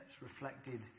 reflected